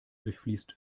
durchfließt